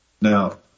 Now